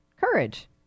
courage